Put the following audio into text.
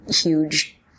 huge